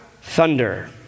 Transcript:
thunder